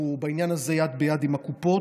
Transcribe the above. בעניין הזה אנחנו יד ביד עם הקופות,